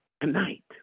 tonight